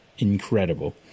Incredible